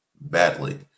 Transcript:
badly